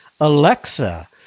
Alexa